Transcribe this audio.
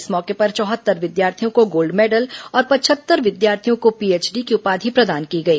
इस मौके पर चौहत्तर विद्यार्थियों को गोल्ड मैडल और पचहत्तर विद्यार्थियों को पीएचडी की उपाधि प्रदान की गई